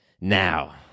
Now